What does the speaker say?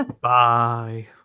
bye